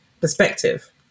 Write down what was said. perspective